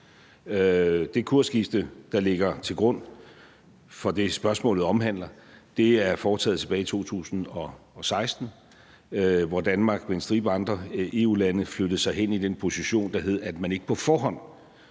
Det kursskifte, der ligger til grund for det, som spørgsmålet omhandler, er foretaget tilbage i 2016, hvor Danmark sammen med en stribe andre EU-lande flyttede sig hen i den position, der handlede om, at man ikke på forhånd